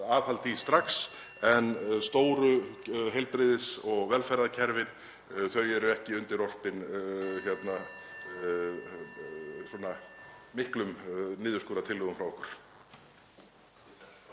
aðhald í strax en stóru heilbrigðis- og velferðarkerfin eru ekki undirorpin miklum niðurskurðartillögum frá okkur.